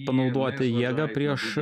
panaudoti jėgą prieš